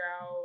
out